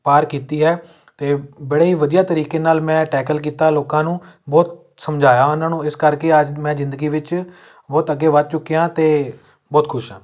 ਪਾਰ ਕੀਤੀ ਹੈ ਅਤੇ ਬੜੇ ਵਧੀਆ ਤਰੀਕੇ ਨਾਲ ਮੈਂ ਟੈਕਲ ਕੀਤਾ ਲੋਕਾਂ ਨੂੰ ਬਹੁਤ ਸਮਝਾਇਆ ਉਹਨਾਂ ਨੂੰ ਇਸ ਕਰਕੇ ਅੱਜ ਮੈਂ ਜ਼ਿੰਦਗੀ ਵਿੱਚ ਬਹੁਤ ਅੱਗੇ ਵੱਧ ਚੁੱਕਿਆ ਅਤੇ ਬਹੁਤ ਖੁਸ਼ ਹਾਂ